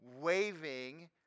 waving